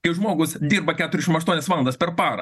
kai žmogus dirba keturiašim aštuonias valandas per parą